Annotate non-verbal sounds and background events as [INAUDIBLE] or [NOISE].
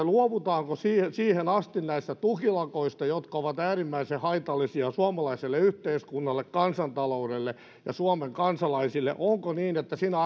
[UNINTELLIGIBLE] luovutaanko siihen siihen asti näistä tukilakoista jotka ovat äärimmäisen haitallisia suomalaiselle yhteiskunnalle kansantaloudelle ja suomen kansalaisille onko niin että sinä [UNINTELLIGIBLE]